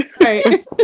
Right